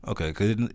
Okay